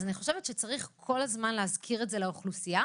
אז אני חושבת שצריך כל הזמן להזכיר את זה לאוכלוסייה,